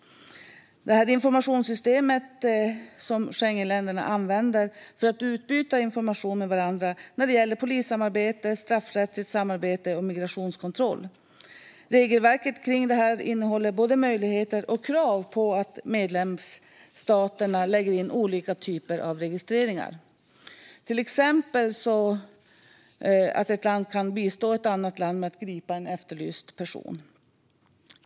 Informationssystemet är ett system som Schengenländerna använder för att utbyta information med varandra när det gäller polissamarbete, straffrättsligt samarbete och migrationskontroll. Regelverket kring detta innehåller både möjligheter och krav på att medlemsstaterna ska lägga in olika typer av registreringar. Till exempel ska ett land kunna bistå ett annat land med att gripa en efterlyst person.